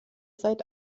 seit